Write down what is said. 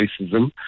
racism